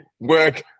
work